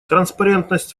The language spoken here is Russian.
транспарентность